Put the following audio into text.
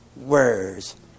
words